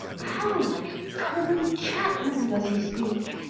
how like a common chapman does he speak!